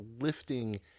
lifting